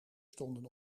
stonden